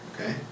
okay